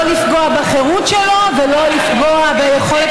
לא לפגוע בחירות שלו ולא לפגוע ביכולת